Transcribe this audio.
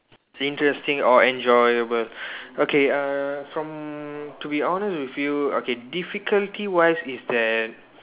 interesting or enjoyable okay uh from to be honest with you okay difficulty wise is that